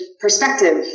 perspective